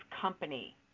company